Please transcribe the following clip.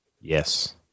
Yes